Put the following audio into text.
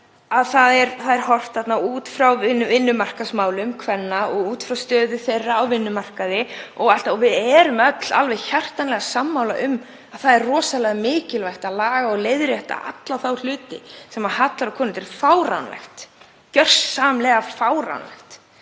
Það er horft út frá vinnumarkaðsmálum kvenna og út frá stöðu þeirra á vinnumarkaði. Við erum öll alveg hjartanlega sammála um að það er rosalega mikilvægt að laga og leiðrétta alla þá hluti sem leiða til þess að það hallar á konurnar. Það er gjörsamlega fáránlegt